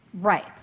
Right